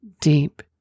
deep